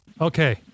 Okay